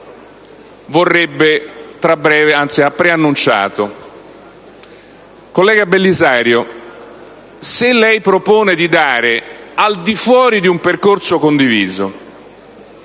Collega Belisario, se lei propone di assegnare, al di fuori di un percorso condiviso,